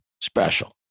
special